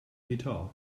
guitar